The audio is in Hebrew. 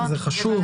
זה חשוב.